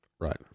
Right